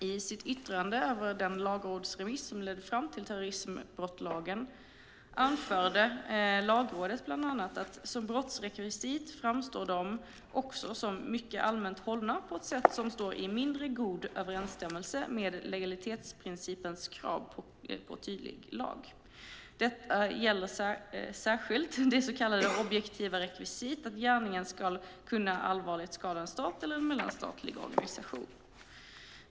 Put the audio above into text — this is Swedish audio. I sitt yttrande över den lagrådsremiss som ledde fram till terroristbrottlagen anförde Lagrådet bland annat: "Som brottsrekvisit framstår de också som mycket allmänt hållna på ett sätt som står i mindre god överensstämmelse med legalitetsprincipens krav på klar och tydlig lag. Detta gäller särskilt det s.k. objektiva rekvisitet att gärningen skall kunna allvarligt skada en stat eller en mellanstatlig organisation."